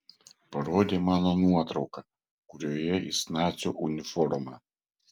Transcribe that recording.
parodė mano nuotrauką kurioje jis nacių uniforma